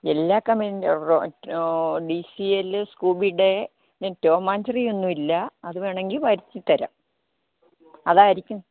എല്ലാ കമ്പനിയുടേയും D C എല്ല് സ്കൂബീയുടെ ടോം ആൻഡ് ജെറിയൊന്നും ഇല്ല അത് വേണമെങ്കിൽ വരുത്തി തരാം അതായിരിക്കും